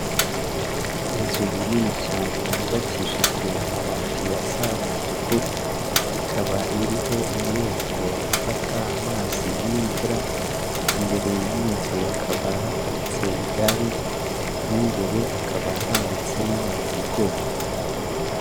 Inzu ubu nini cyane, yubakishijwe amabati asa umutuku, ikaba iriho umureko ufata amazi y'imvura, imbere y'iyi nzu hakaba haparitse igare, mo imbere hakaba hanitsemo ibigori.